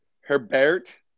Herbert